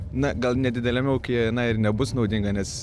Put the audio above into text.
na gal nedideliame ūkyje jinai ir nebus naudinga nes